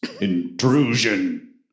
intrusion